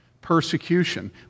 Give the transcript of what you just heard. persecution